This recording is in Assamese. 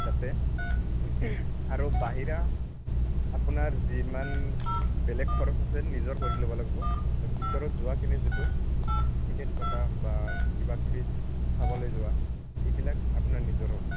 তাতে আৰু বাহিৰা আপোনাৰ যিমান বেলেগ খৰচ আছে নিজৰ কৰি ল'ব লাগিব ভিতৰত যোৱাখিনি যিটো টিকেট কটা বা কিবা কিবি চাবলৈ যোৱা সেইবিলাক আপোনাৰ নিজৰ হ'ব